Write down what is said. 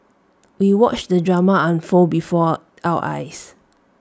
we watched the drama unfold before our eyes